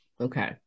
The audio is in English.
okay